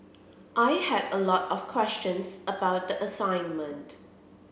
I had a lot of questions about the assignment